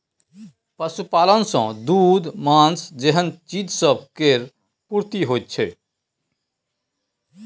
पशुपालन सँ दूध, माँस जेहन चीज सब केर पूर्ति होइ छै